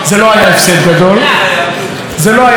זה לא היה הפסד גדול לא לשמוע את נאומה.